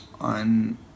on